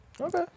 Okay